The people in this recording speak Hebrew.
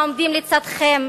עומדים לצדכם,